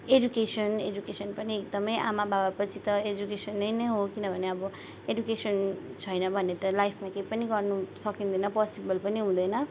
education education पनि एकदमै आमा बाबा पछि त एजुकेसन नै हो किनभने अब एडुकेसन छैन भने त लाइफमा के पनि गर्नु सकिँदैन पसिबल पनि हुँदैन